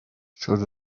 should